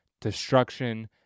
destruction